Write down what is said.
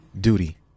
Duty